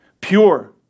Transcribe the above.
pure